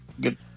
Good